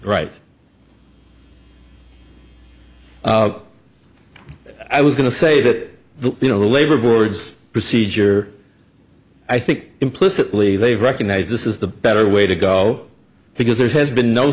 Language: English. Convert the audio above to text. right i was going to say that the you know the labor boards procedure i think implicitly they've recognized this is the better way to go because there has been no